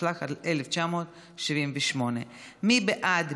התשל"ח 1978. מי בעד?